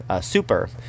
super